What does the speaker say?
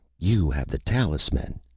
you have the talisman,